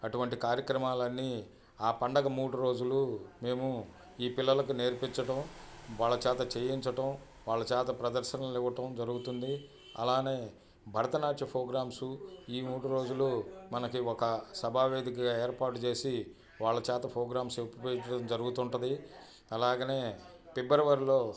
అటువంటి కార్యక్రమాలన్నీ ఆ పండుగ మూడు రోజులు మేము ఈ పిల్లలకు నేర్పించటం వాళ్ళ చేత చేయించటం వాళ్ళ చేత ప్రదర్శనలు ఇవ్వటం జరుగుతుంది అలానే భరతనాట్య ప్రోగ్రామ్స్ ఈ మూడు రోజులు మనకి ఒక సభా వేదిక ఏర్పాటు చేసి వాళ్ళ చేత ప్రోగ్రామ్స్ ఉపయోగించడం జరుగుతుంటది అలాగనే పిబ్రవరిలో